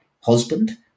husband